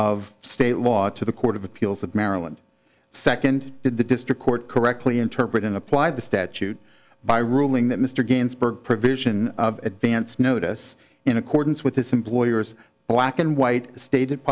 of state law to the court of appeals of maryland second did the district court correctly interpret and apply the statute by ruling that mr ginsburg provision of advance notice in accordance with his employer's black and white stated